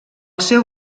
seu